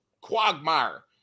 quagmire